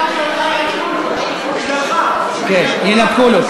עכשיו בגללך ינתקו לו.